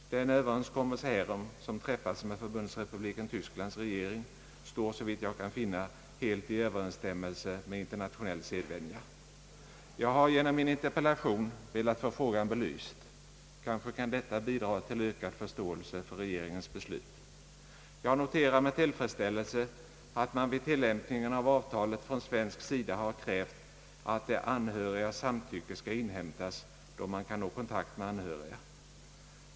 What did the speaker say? Den överenskommelse härom som träffats med Förbundsrepubliken Tysklands regering står, såvitt jag kan finna, helt i överensstämmelse med internationell sedvänja. Jag har genom min interpellation velat få frågan belyst. Kanske kan detta bidra till ökad förståelse för regeringens beslut. Jag noterar med tillfredsställelse att man vid tillämpningen av avtalet från svensk sida har krävt att de anhörigas samtycke skall inhämtas, då man kan nå kontakt med anhöriga.